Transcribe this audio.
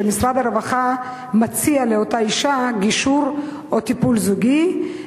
שמשרד הרווחה מציע לאותה אשה גישור או טיפול זוגי,